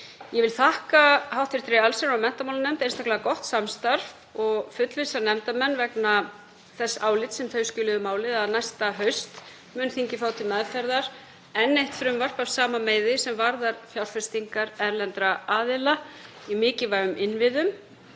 Ég vil þakka hv. allsherjar- og menntamálanefnd fyrir einstaklega gott samstarf og fullvissa nefndarmenn um það, vegna þess álits sem þau skiluðu um málið, að næsta haust mun þingið fá til meðferðar enn eitt frumvarp af sama meiði sem varðar fjárfestingar erlendra aðila í mikilvægum innviðum